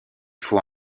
faut